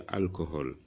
alcohol